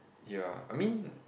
ya I mean